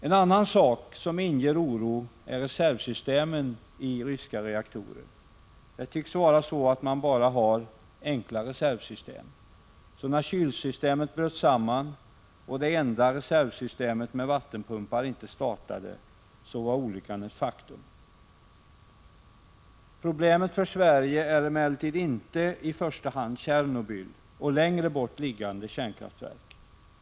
En annan sak som inger oro är reservsystemen i ryska reaktorer. Det tycks vara så, att man har bara enkla reservsystem. När kylsystemet bröt samman och det enda reservsystemet med vattenpumpar inte startade, var därför olyckan ett faktum. Problemet för Sverige är emellertid inte i första hand kärnkraftverket i Tjernobyl och längre bort belägna kärnkraftverk.